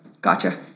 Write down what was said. Gotcha